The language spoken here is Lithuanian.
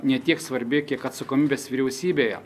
ne tiek svarbi kiek atsakomybės vyriausybėje